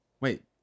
wait